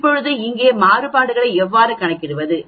இப்போது இங்கே மாறுபாடுகளை எவ்வாறு கணக்கிடுவது